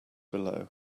below